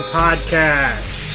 podcast